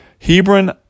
Hebron